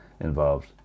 involved